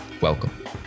Welcome